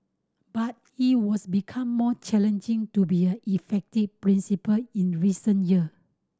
but it was become more challenging to be a effective principal in recent year